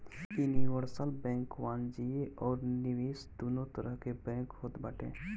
universal bank वाणिज्य अउरी निवेश दूनो तरह के बैंक होत बाटे